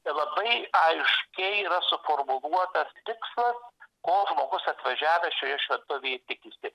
tai labai aiškiai suformuluotas tikslas ko žmogus atvažiavęs šioje šventovėj tikisi